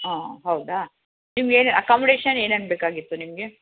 ಹಾಂ ಹೌದಾ ನಿಮ್ಗೇನು ಅಕಮ್ಡೇಷನ್ ಏನೇನು ಬೇಕಾಗಿತ್ತು ನಿಮಗೆ